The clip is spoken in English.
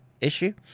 issue